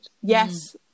Yes